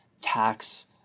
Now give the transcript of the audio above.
tax